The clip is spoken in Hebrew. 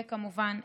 וכמובן,